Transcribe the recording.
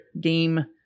game